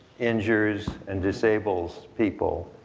injures, and disables people,